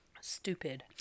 Stupid